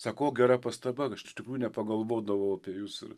sako o gera pastaba aš iš tikrųjų nepagalvodavau apie jus ir